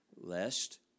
lest